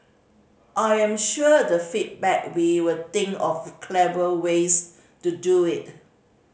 I am sure the feedback we'll think of clever ways to do it